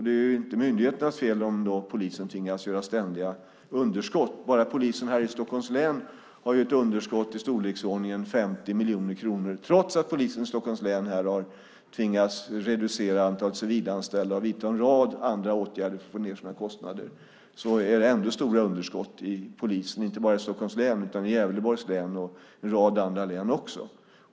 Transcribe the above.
Det är inte myndigheternas fel om polisen tvingas ha ständiga underskott. Bara polisen i Stockholms län har ett underskott i storleksordningen 50 miljoner kronor trots att man har tvingats reducera antalet civilanställda och vidta en rad andra åtgärder för att få ned sina kostnader. Trots det är det stora underskott inte bara hos polisen i Stockholms län utan även i Gävleborgs län och i en rad andra län också.